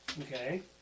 Okay